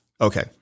Okay